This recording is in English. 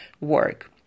work